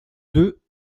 deux